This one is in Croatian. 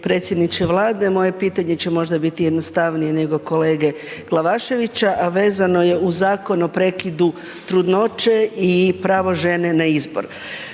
predsjedniče Vlade. Moja pitanje će možda biti jednostavnije nego kolege Glavaševića, a vezano je uz Zakon o prekidu trudnoće i pravo žene na izbor.